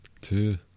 two